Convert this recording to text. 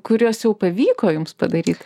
kuriuos jau pavyko jums padaryt